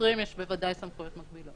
לשוטרים יש בוודאי סמכויות מקבילות.